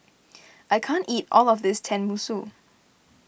I can't eat all of this Tenmusu